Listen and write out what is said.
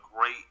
great